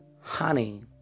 honey